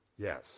yes